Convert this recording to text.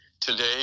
Today